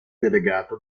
delegato